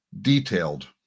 detailed